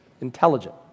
intelligent